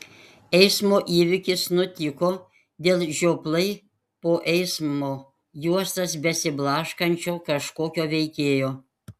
eismo įvykis nutiko dėl žioplai po eismo juostas besiblaškančio kažkokio veikėjo